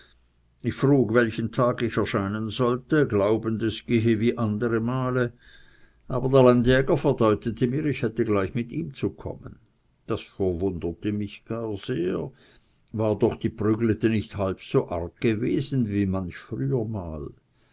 ich frug welchen tag ich erscheinen solle glaubend es gehe wie andere male aber der landjäger verdeutete mir ich hätte gleich mit ihm zu kommen das verwunderte mich gar sehr war doch die prügelte nicht halb so arg gewesen wie manch früher mal